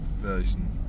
version